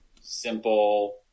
simple